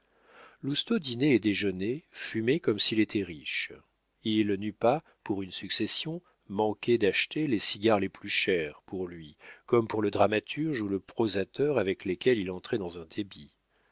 lousteau dînait et déjeunait fumait comme s'il était riche il n'eût pas pour une succession manqué d'acheter les cigares les plus chers pour lui comme pour le dramaturge ou le prosateur avec lesquels il entrait dans un débit